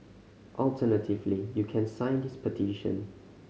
alternatively you can sign this petition